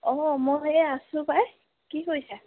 অঁ মই এই আছোঁ পাই কি কৰিছা